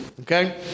okay